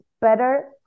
better